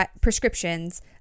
prescriptions